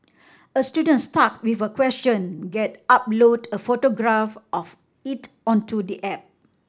a student stuck with a question get upload a photograph of it onto the app